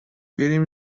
بریم